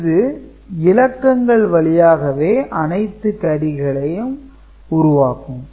இது இலக்கங்கள் வழியாகவே அனைத்து கேரிகளையும் உருவாக்கம்